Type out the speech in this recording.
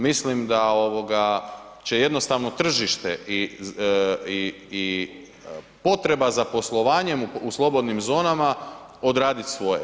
Mislim da će jednostavno tržište i potreba za poslovanjem u slobodnim zonama odraditi svoje.